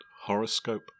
horoscope